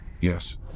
Yes